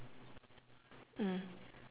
mm